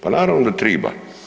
Pa naravno da triba.